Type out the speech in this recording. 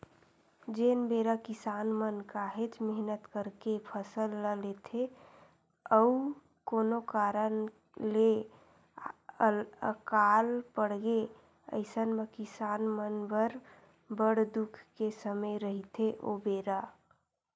जेन बेरा किसान मन काहेच मेहनत करके फसल ल लेथे अउ कोनो कारन ले अकाल पड़गे अइसन म किसान मन बर बड़ दुख के समे रहिथे ओ बेरा